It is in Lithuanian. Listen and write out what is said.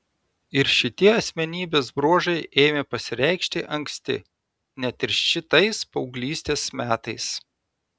ir šitie asmenybės bruožai ėmė pasireikšti anksti net ir šitais paauglystės metais